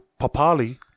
Papali